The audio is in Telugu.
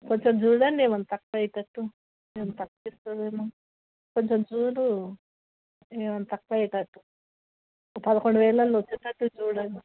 కొంచెం చూడండి ఏమన్నా తక్కువయ్యేటట్టు ఏమన్నా తగ్గిస్తుందేమో కొంచెం చూడు ఏమన్నా తక్కువయ్యేటట్టు పదకొండు వేలల్లో వచ్చేటట్టు చూడండి